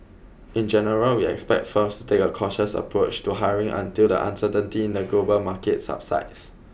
in general we expect firms to take a cautious approach to hiring until the uncertainty in the global market subsides